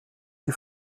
die